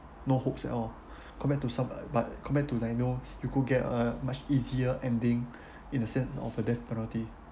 no hopes at all compared to some but compared to like you know you could get a much easier ending in the sense of a death penalty